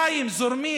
המים זורמים